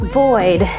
void